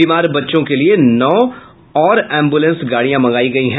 बीमार बच्चों के लिए नौ और एम्ब्रलेंस गाडियां मंगाई गई हैं